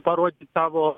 parodyt savo